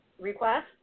request